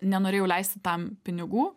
nenorėjau leisti tam pinigų